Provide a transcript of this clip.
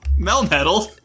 Melmetal